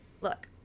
look